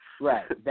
Right